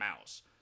mouse